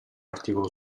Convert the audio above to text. articolo